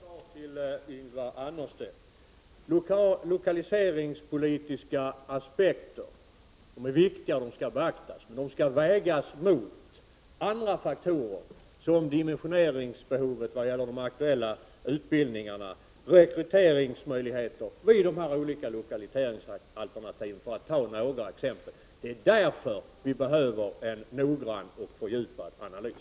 Herr talman! Jag vill svara Ylva Annerstedt. Lokaliseringspolitiska aspekter är viktiga och skall beaktas. De skall emellertid vägas mot andra faktorer såsom dimensioneringsbehovet när det gäller de aktuella utbildningarna och rekryteringsmöjligheterna vid de olika lokaliseringsalternativen, för att ta några exempel. Därför behöver vi en noggrann och fördjupad analys.